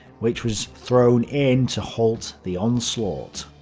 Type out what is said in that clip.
which was thrown in to halt the onslaught.